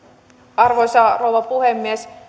arvoisa rouva puhemies